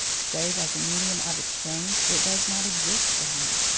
save as a medium of exchange it does not exist for him.